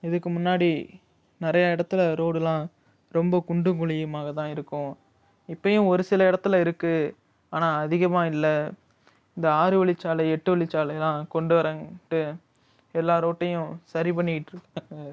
இதுக்கு முன்னாடி நிறையா இடத்துல ரோடுலாம் ரொம்ப குண்டும் குழியுமாக தான் இருக்கும் இப்பையும் ஒரு சில இடத்துல இருக்கு ஆனால் அதிகமாக இல்லை இந்த ஆறு வழிச்சாலை எட்டு வழிச்சாலைலாம் கொண்டு வராங்கன்ட்டு எல்லா ரோட்டையும் சரி பண்ணிக்கிட்டு இருக்காங்க